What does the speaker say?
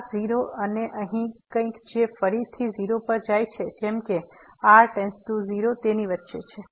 આ 0 અને અહીં કંઈક જે ફરીથી 0 પર જાય છે જેમ કે r → 0 તેની વચ્ચે છે